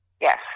Yes